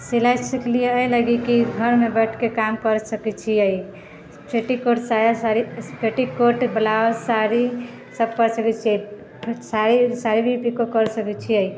सिलाइ सीख लिअ एहि लागी कि घरमे बैसके काम कर सकै छी पेटिकोट साया साड़ी पेटिकोट ब्लाउज साड़ी सब पहिर सकय छिऐ साड़ी साड़ी भी पिको कर सकैत छिऐ